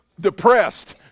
depressed